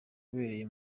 wabereye